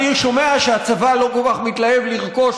אני שומע שהצבא לא כל כך מתלהב לרכוש